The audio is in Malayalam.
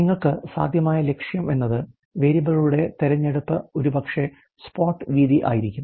നിങ്ങൾക്ക് സാധ്യമായ ലക്ഷ്യം എന്നത് വേരിയബിളുകളുടെ തിരഞ്ഞെടുപ്പ് ഒരുപക്ഷേ സ്പോട്ട് വീതി ആയിരിക്കും